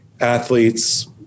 athletes